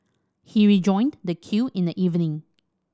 he rejoined the queue in the evening